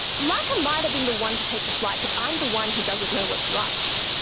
laika might have been the one to take the flight, but i'm the one who doesn't know what's right,